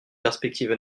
perspectives